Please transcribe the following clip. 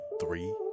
three